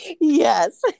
Yes